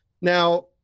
Now